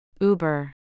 Uber